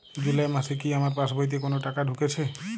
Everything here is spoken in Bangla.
জুলাই মাসে কি আমার পাসবইতে কোনো টাকা ঢুকেছে?